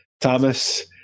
Thomas